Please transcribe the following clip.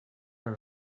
her